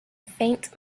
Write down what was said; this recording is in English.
faint